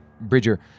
bridger